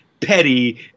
petty